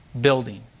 building